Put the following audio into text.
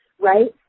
right